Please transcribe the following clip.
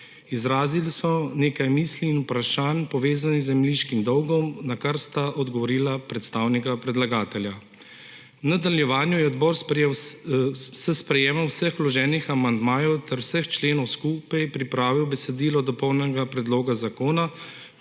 Izrazili so nekaj misli in vprašanj, povezanih z zemljiškim dolgom, na kar sta odgovorila predstavnika predlagatelja. V nadaljevanju je odbor s sprejetjem vseh vloženih amandmajev ter vseh členov skupaj pripravil besedilo dopolnjenega predloga zakona,